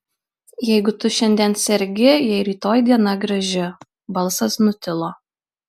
jeigu tu šiandien sergi jei rytoj diena graži balsas nutilo